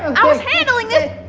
i was handling this.